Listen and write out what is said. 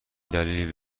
دلیل